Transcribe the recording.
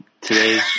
today